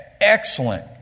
excellent